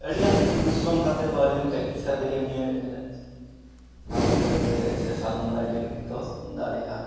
ᱟᱹᱰᱤᱜᱟᱱ ᱯᱚᱨᱤᱥᱨᱚᱢ ᱠᱟᱛᱮᱫ ᱵᱟ ᱟᱹᱰᱤᱜᱟᱱ ᱯᱮᱠᱴᱤᱥ ᱠᱟᱛᱮᱫ ᱜᱮ ᱱᱤᱭᱟᱹ ᱥᱟᱫᱚᱢᱨᱮ ᱫᱮᱡ ᱥᱮ ᱥᱟᱫᱚᱢ ᱨᱟᱭᱰᱤᱝ ᱫᱚ ᱫᱟᱲᱮᱭᱟᱜᱼᱟ